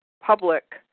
public